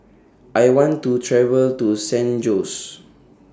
I want to travel to San Jose